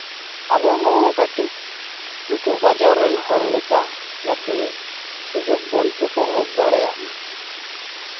ᱟᱵᱚ ᱦᱚᱸ ᱠᱟᱹᱴᱤᱡ ᱩᱱᱠᱩ ᱵᱟᱡᱟᱨ ᱨᱮᱱ ᱦᱚᱲ ᱞᱮᱠᱟ ᱡᱟᱛᱮ ᱥᱩᱡᱳᱜᱽ ᱵᱚᱱ ᱩᱯᱚᱵᱷᱳᱜᱽ ᱫᱟᱲᱮᱭᱟᱜ ᱢᱟ